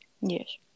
Yes